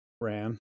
ran